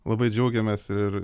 labai džiaugiamės ir